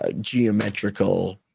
geometrical